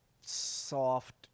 Soft